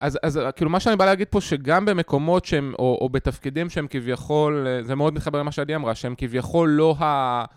אז אז כאילו מה שאני בא להגיד פה שגם במקומות שהם או בתפקידים שהם כביכול זה מאוד מתחבר למה שעדי אמרה שהם כביכול לא